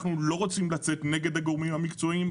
אנחנו לא רוצים לצאת נגד הגורמים המקצועיים.